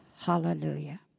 hallelujah